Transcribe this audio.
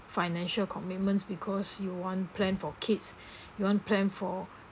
financial commitments because you want plan for kids you want plan for